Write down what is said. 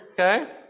Okay